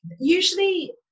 usually